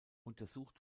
untersucht